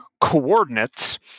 coordinates